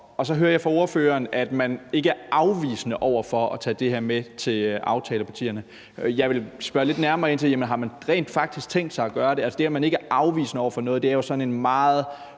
Og så hører jeg fra ordføreren, at man ikke er afvisende over for at tage det her med til aftalepartierne, og det vil jeg spørge lidt nærmere ind til. Har man rent faktisk tænkt sig at gøre det? Altså det, at man ikke er afvisende over for noget, er jo sådan en meget